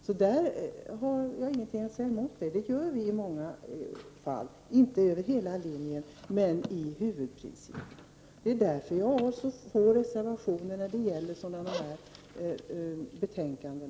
Vi stödjer inte detta system över hela linjen, men huvudprincipen i det. Det är därför som jag har så få reservationer till sådana här betänkanden.